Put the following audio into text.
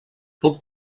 puc